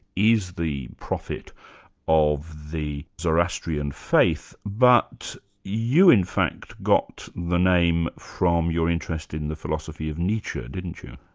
is the prophet of the zoroastrian faith, but you in fact got the name from your interest in the philosophy of nietzsche, didn't you?